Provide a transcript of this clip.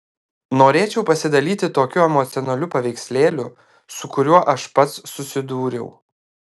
norėčiau pasidalyti tokiu emocionaliu paveikslėliu su kuriuo aš pats susidūriau